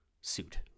suit